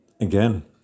again